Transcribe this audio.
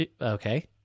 Okay